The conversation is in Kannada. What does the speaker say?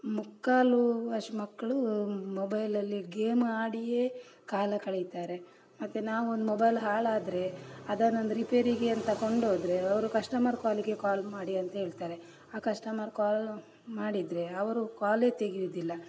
ಮಕ್ಕಾಲು ವಾಸಿ ಮಕ್ಕಳು ಮೊಬೈಲಲ್ಲಿ ಗೇಮ್ ಆಡಿಯೇ ಕಾಲ ಕಳಿತಾರೆ ಮತ್ತೆ ನಾವೊಂದು ಮೊಬೈಲ್ ಹಾಳಾದರೆ ಅದನ್ನೊಂದು ರಿಪೇರಿಗೆ ಅಂತ ಕೊಡೋದ್ರೆ ಅವರು ಕಸ್ಟಮರ್ ಕಾಲಿಗೆ ಕಾಲ್ ಮಾಡಿ ಅಂಥೇಳ್ತಾರೆ ಆ ಕಸ್ಟಮರ್ ಕಾಲು ಮಾಡಿದರೆ ಅವರು ಕಾಲೇ ತೆಗೆಯುವುದಿಲ್ಲ